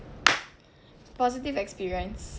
positive experience